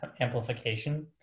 amplification